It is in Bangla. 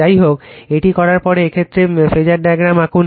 যাইহোক এটি করার পরে এই ক্ষেত্রে ফেজার ডায়াগ্রাম আঁকুন